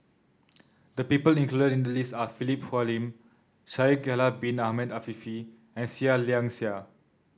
the people included in the list are Philip Hoalim Shaikh Yahya Bin Ahmed Afifi and Seah Liang Seah